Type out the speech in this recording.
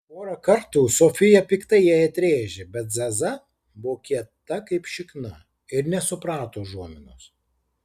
porą kartų sofija piktai jai atrėžė bet zaza buvo kieta kaip šikšna ir nesuprato užuominos